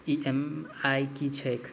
EMI की छैक?